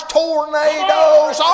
tornadoes